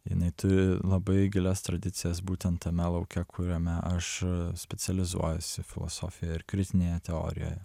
jinai turi labai gilias tradicijas būtent tame lauke kuriame aš specializuojuosi filosofijoj ir kritinėje teorijoje